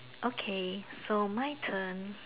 okay so my turn